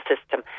system